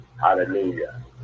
Hallelujah